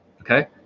okay